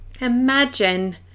imagine